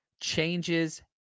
changes